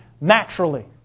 naturally